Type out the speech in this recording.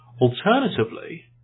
Alternatively